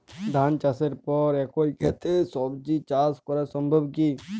ধান চাষের পর একই ক্ষেতে সবজি চাষ করা সম্ভব কি?